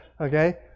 Okay